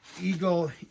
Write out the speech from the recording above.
Eagle